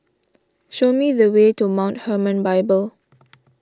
show me the way to Mount Hermon Bible